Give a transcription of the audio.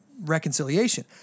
reconciliation